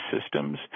systems